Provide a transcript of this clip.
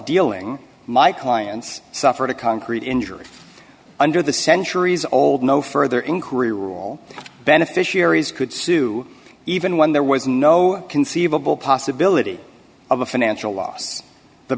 dealing my clients suffered a concrete injury under the centuries old no further inquiry rule beneficiaries could sue even when there was no conceivable possibility of a financial loss the